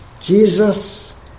Jesus